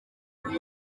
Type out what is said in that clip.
uyu